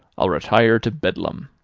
i'll retire to bedlam.